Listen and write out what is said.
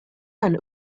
man